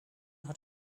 hat